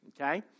Okay